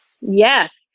Yes